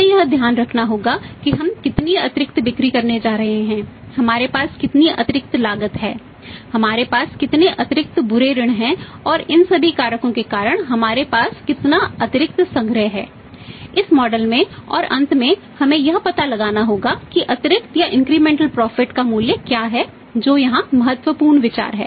हमें यह ध्यान रखना होगा कि हम कितनी अतिरिक्त बिक्री करने जा रहे हैं हमारे पास कितनी अतिरिक्त लागतें हैं हमारे पास कितने अतिरिक्त बुरे ऋण हैं और इन सभी कारकों के कारण हमारे पास कितना अतिरिक्त संग्रह है इस मॉडल का मूल्य क्या है जो यहाँ महत्वपूर्ण विचार है